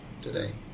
today